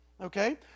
okay